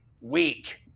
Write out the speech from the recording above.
week